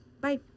Bye